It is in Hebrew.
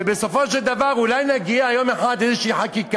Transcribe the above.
ובסופו של דבר אולי נגיע יום אחד לחקיקה